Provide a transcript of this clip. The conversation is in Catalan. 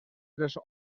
tres